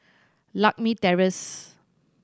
Lakme Terrace